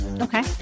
Okay